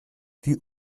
die